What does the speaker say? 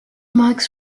marks